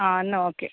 ആ എന്നാൽ ഓക്കേ